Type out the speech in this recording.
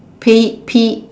P P